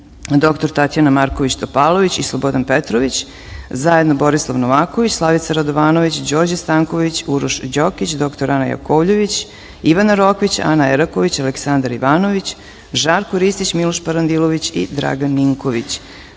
dr Tatjana Marković Topalović i Slobodan Petrović i zajedno Borislav Novaković, Slavica Radovanović, Đorđe Stanković, Uroš Đokić, dr Ana Jakovljević, Ivana Rokvić, Ana Eraković, Aleksandar Ivanović, Žarko Ristić, Miloš Parandilović i Dragan Ninković. Primili